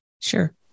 Sure